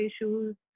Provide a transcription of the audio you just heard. issues